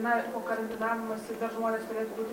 na po karantinavimosi dar žmonės turėtų būti